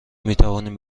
میتوانیم